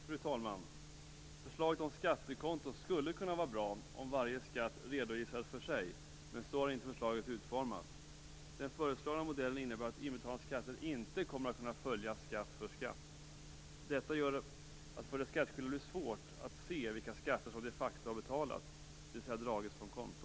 Fru talman! Förslaget om skattekonto skulle kunna vara bra om varje skatt redovisades för sig. Men så är inte förslaget utformat. Den föreslagna modellen innebär att inbetalda skatter inte kommer att kunna följas skatt för skatt. Detta gör att det för den skattskyldige blir svårt att se vilka skatter som de facto har betalats, dvs. dragits från kontot.